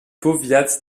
powiat